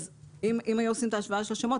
כך שאם היו עושים את ההשוואה של השמות,